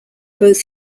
both